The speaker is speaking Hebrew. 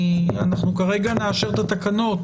אנחנו כרגע נאשר את התקנות